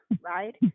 right